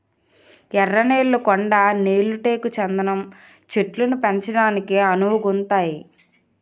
ఎర్ర నేళ్లు కొండ నేళ్లు టేకు చందనం చెట్లను పెంచడానికి అనువుగుంతాయి